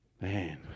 Man